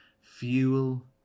fuel